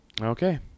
Okay